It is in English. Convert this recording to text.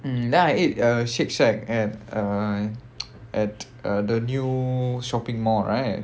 mm then I ate uh Shake Shack at err at uh the new shopping mall right